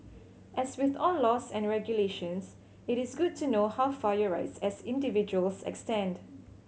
as with all laws and regulations it is good to know how far your rights as individuals extend